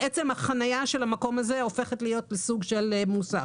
החניה של המקום הזה הופכת להיות סוג של מוסך.